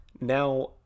Now